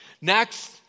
Next